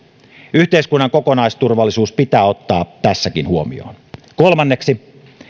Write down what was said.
yhteiskunnan kokonaisturvallisuus pitää ottaa tässäkin huomioon kolmanneksi